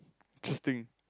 stink